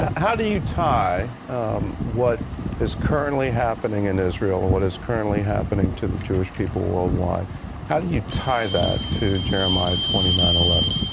ah how do you tie what is currently happening in israel, ah what is currently happening to the jewish people worldwide how do you tie that to jeremiah twenty nine eleven?